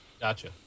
Gotcha